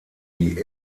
die